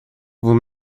vous